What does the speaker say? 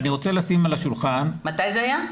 מתי זה היה?